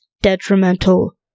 detrimental